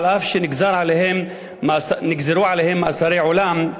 אף שנגזרו עליהם מאסרי עולם,